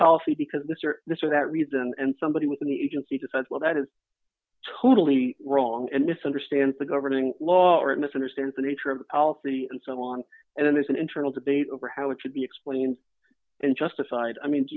policy because this or this or that reason and somebody within the agency decides well that is totally wrong and misunderstands the governing law or it misunderstands the nature of the policy and so on and then there's an internal debate over how it should be explained and justified i mean do